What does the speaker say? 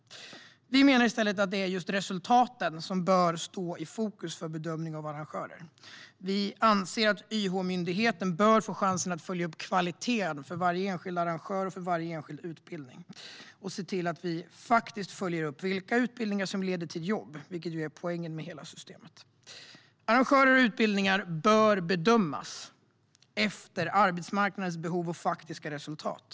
Vi menar i stället att det är resultaten som bör stå i fokus för bedömningen av arrangörer. Vi anser att YH-myndigheten bör få chansen att följa upp kvaliteten hos varje enskild arrangör och utbildning och faktiskt följa upp vilka utbildningar som leder till jobb, vilket ju är poängen med hela systemet. Arrangörer och utbildningar bör bedömas efter arbetsmarknadens behov och faktiska resultat.